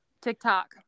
TikTok